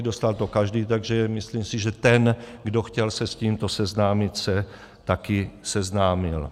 Dostal to každý, takže si myslím, že ten, kdo chtěl se s tímto seznámit, se taky seznámil.